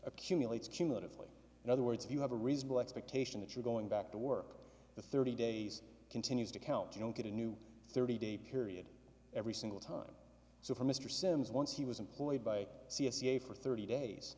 accumulates cumulatively in other words if you have a reasonable expectation that you're going back to work the thirty days continues to count you don't get a new thirty day period every single time so for mr sims once he was employed by c s e for thirty days